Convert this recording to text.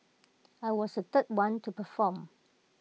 I was the third one to perform